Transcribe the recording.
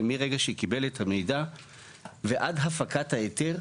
ומרגע שקיבל את המידע ועד הפקת ההיתר,